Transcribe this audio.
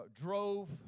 drove